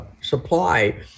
supply